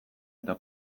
eta